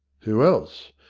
who else?